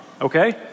okay